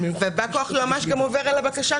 גם בא-כוח היועמ"ש עובר על הבקשה,